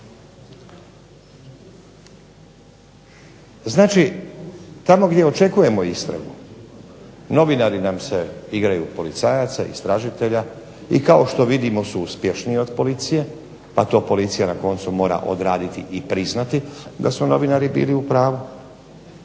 Znači tamo gdje očekujemo istragu, novinari nam se igraju policajaca, istražitelja, i kao što vidimo su uspješniji od policije, a to policija na koncu mora odraditi i priznati da su novinari bili u pravu.